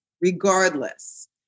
regardless